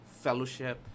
fellowship